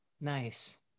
Nice